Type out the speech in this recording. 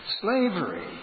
Slavery